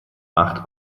acht